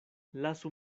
lasu